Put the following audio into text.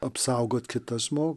apsaugot kitą žmogų